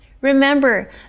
Remember